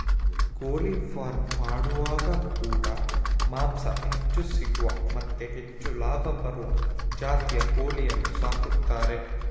ಕೋಳಿ ಫಾರ್ಮ್ ಮಾಡುವಾಗ ಕೂಡಾ ಮಾಂಸ ಹೆಚ್ಚು ಸಿಗುವ ಮತ್ತೆ ಹೆಚ್ಚು ಲಾಭ ಬರುವ ಜಾತಿಯ ಕೋಳಿ ಸಾಕ್ತಾರೆ